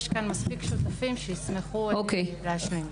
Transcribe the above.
יש כאן מספיק שותפים שישמחו להשלים.